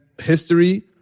history